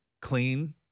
clean